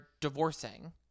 divorcing